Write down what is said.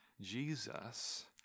Jesus